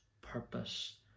purpose